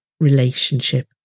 relationship